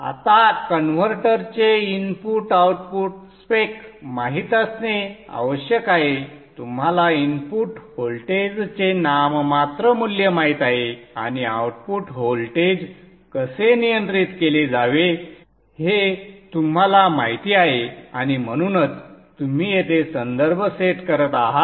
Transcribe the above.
आता कन्व्हर्टरचे input output spec माहित असणे आवश्यक आहे तुम्हाला इनपुट व्होल्टेजचे नाममात्र मूल्य माहित आहे आणि आउटपुट व्होल्टेज कसे नियंत्रित केले जावे हे तुम्हाला माहिती आहे आणि म्हणूनच तुम्ही येथे संदर्भ सेट करत आहात